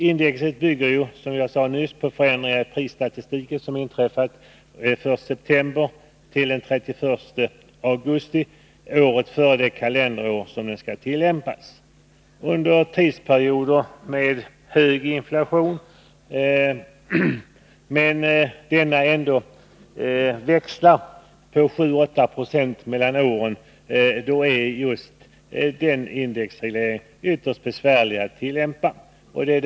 Indexet bygger ju, som jag nyss sade, på förändringar i prisstatistiken som inträffat under tiden den 1 september-den 31 augusti året före det kalenderår det skall tillämpas. Under tidsperioder Nr 53 med hög inflation som växlar mellan 7 26 och 8 26 under åren är det ytterst besvärligt att tillämpa denna indexreglering.